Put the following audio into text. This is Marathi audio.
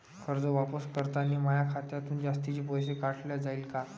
कर्ज वापस करतांनी माया खात्यातून जास्तीचे पैसे काटल्या जाईन का?